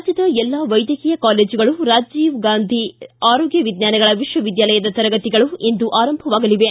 ರಾಜ್ಞದ ಎಲ್ಲಾ ವೈದ್ಯಕೀಯ ಕಾಲೇಜುಗಳು ರಾಜೀವ್ ಗಾಂಧಿ ಆರೋಗ್ಯ ವಿಜ್ಞಾನಗಳ ವಿಶ್ವವಿದ್ದಾಲಯದ ತರಗತಿಗಳು ಇಂದು ಆರಂಭವಾಗಲಿವೆ